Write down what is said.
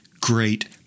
great